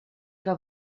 que